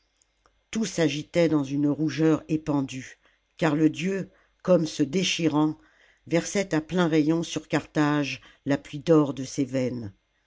tout s'agitait dans une rougeur épandue car le dieu comme se déchirant versait à pleins rayons sur carthage la pluie d'or de ses veines